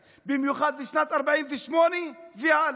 זה הדנ"א שלהם, במיוחד משנת 1948 והלאה.